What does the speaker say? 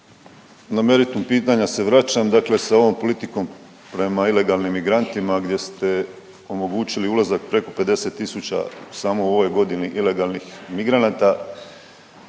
Na meritum pitanja se vraćam. Dakle, sa ovom politikom prema ilegalnim migrantima gdje ste omogućili ulazak preko 50000 samo u ovoj godini ilegalnih migranata.